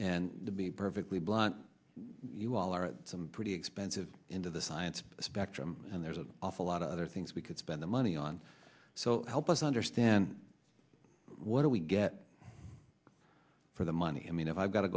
and to be perfectly blunt you all are some pretty expensive into the science spectrum and there's an awful lot of other things we could spend the money on so help us understand what do we get for the money i mean i've got to